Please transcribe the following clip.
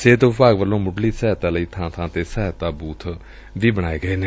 ਸਿਹਤ ਵਿਭਾਗ ਵੱਲੋਂ ਮੁੱਢਲੀ ਸਹਾਇਤਾ ਲਈ ਥਾਂ ਬਾਂ ਤੇ ਸਹਾਇਤਾ ਬੁਥ ਬਣਾਏ ਗਏ ਨੇ